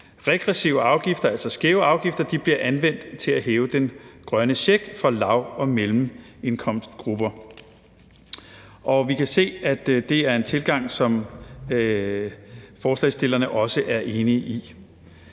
regressive afgifter, altså skæve afgifter, bliver anvendt til at hæve den grønne check for lav- og mellemindkomstgrupper, og vi kan se, at det er en tilgang, som forslagsstillerne også er enige i.